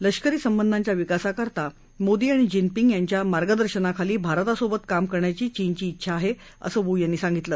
लष्करी संबंधाच्या विकासाकरता मोदी आणि जिनपिंग यांच्या मार्गदर्शनाखाली भारतासोबत काम करण्याची चीनची इच्छा आहे असं वू यांनी सांगितलं